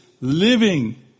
living